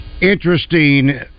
Interesting